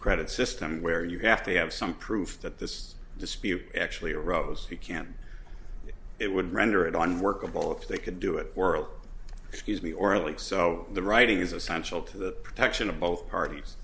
credit system where you have to have some proof that this dispute actually arose you can it would render it on workable if they could do it world excuse me orally so the writing is essential to the protection of both parties